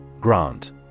Grant